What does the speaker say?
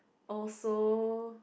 also